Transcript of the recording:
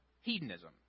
hedonism